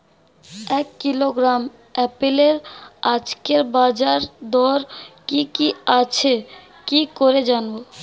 এক কিলোগ্রাম আপেলের আজকের বাজার দর কি কি আছে কি করে জানবো?